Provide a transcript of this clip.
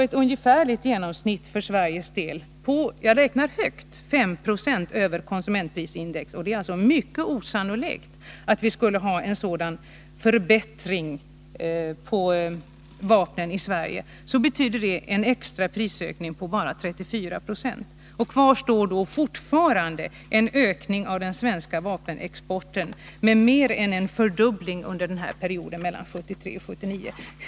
Ett ungefärligt genomsnitt för Sveriges del på, om jag räknar högt, 5 96 över konsumentprocentindex — men det är mycket osannolikt att vi skulle ha uppnått en sådan förbättring på vapnen i Sverige - betyder en extra prishöjning med bara 34 90 på 6 år. Kvar står då fortfarande en ökning av den svenska vapenexporten med mer än en fördubbling under perioden mellan 1973 och 1979.